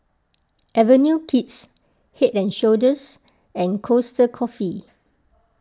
Avenue Kids Head and Shoulders and Costa Coffee